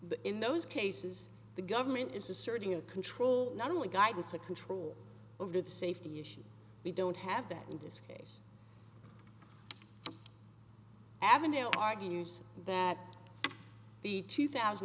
that in those cases the government is asserting a control not only guidance to control over the safety issue we don't have that in this case avondale argues that the two thousand